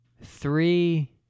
Three